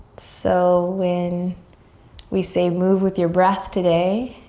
so when we say move with your breath today,